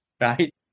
right